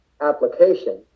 application